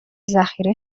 ذخیره